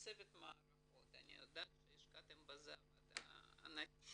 לצוות מערכות, אני יודעת שהשקעתם בזה עבודה ענקית.